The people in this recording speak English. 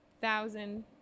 thousand